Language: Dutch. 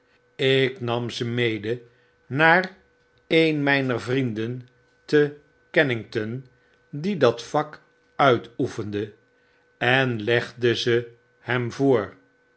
ik nam ze mede naar een myner vrienden te kennington diedatvakuitoefende en legde ze hem voor